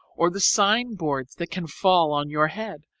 or the sign-boards that can fall on your head,